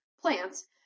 plants